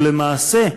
ולמעשה,